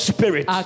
Spirit